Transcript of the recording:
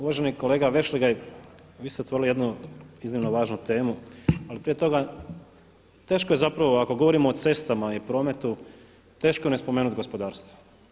Uvaženi kolega Vešligaj vi ste otvorili jednu iznimno važnu temu ali prije toga, teško je zapravo ako govorimo o cestama i prometu teško je ne spomenuti gospodarstvo.